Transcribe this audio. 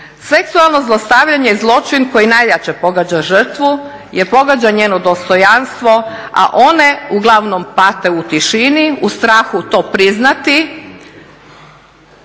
Seksualno zlostavljanje je zločin koji najjače pogađa žrtvu jer pogađa njeno dostojanstvo, a one uglavnom pate u tišini, u strahu to priznati